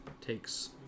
Takes